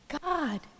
God